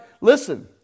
listen